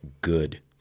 Good